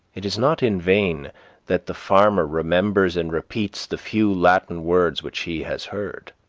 it is not in vain that the farmer remembers and repeats the few latin words which he has heard.